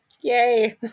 Yay